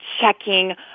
checking